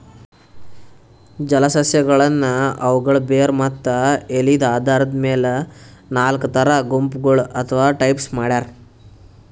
ಜಲಸಸ್ಯಗಳನ್ನ್ ಅವುಗಳ್ ಬೇರ್ ಮತ್ತ್ ಎಲಿದ್ ಆಧಾರದ್ ಮೆಲ್ ನಾಲ್ಕ್ ಥರಾ ಗುಂಪಗೋಳ್ ಅಥವಾ ಟೈಪ್ಸ್ ಮಾಡ್ಯಾರ